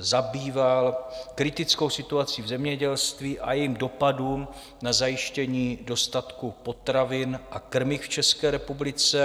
zabýval kritickou situací v zemědělství a jejími dopady na zajištění dostatku potravin a krmiv v České republice.